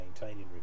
maintaining